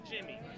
Jimmy